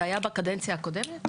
זה היה בקדנציה הקודמת?